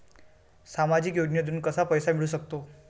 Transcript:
सामाजिक योजनेतून कसा पैसा मिळू सकतो?